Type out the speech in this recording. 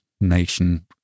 nation